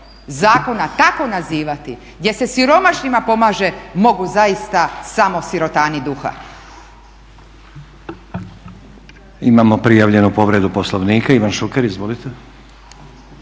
zakona tako nazivati gdje se siromašnima pomaže mogu zaista samo sirotani duha.